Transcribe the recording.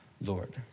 Lord